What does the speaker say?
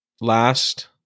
last